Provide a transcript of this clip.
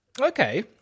Okay